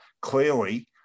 clearly